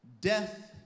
death